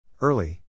Early